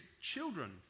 children